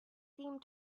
seemed